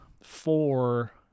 four